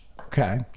okay